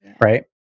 Right